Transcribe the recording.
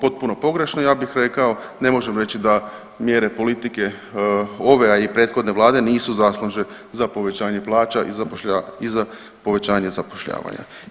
Potpuno pogrešno ja bih rekao, ne možemo reći da mjere politike ove a i prethodne Vlade nisu zaslužne za povećanje plaća i za povećanje zapošljavanja.